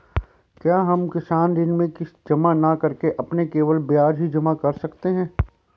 क्या हम किसान ऋण में किश्त जमा न करके केवल ब्याज ही जमा कर सकते हैं?